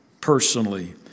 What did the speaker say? personally